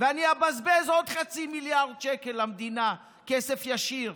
אני אבזבז עוד חצי מיליארד שקל למדינה כסף ישיר,